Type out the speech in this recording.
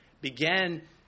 began